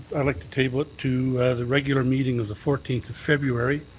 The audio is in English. i'd like to table it to the regular meeting of the fourteenth of february.